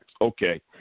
Okay